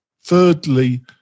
Thirdly